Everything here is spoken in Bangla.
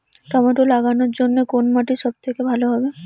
টমেটো লাগানোর জন্যে কোন মাটি সব থেকে ভালো হবে?